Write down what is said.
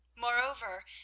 Moreover